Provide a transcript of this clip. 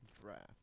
draft